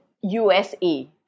usa